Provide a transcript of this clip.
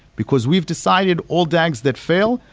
because we've decided all dags that fail,